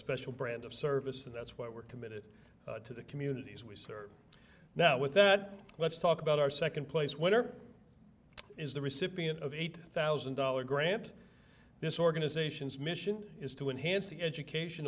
special brand of service and that's what we're committed to the communities we serve now with that let's talk about our second place winner is the recipient of eight thousand dollars grant this organization's mission is to enhance the education